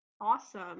Awesome